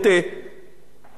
כלפי כמעט כל דבר,